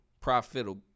profitable